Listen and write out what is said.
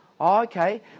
okay